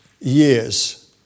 years